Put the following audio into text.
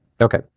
Okay